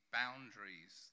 boundaries